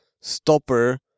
stopper